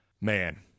man